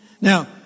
Now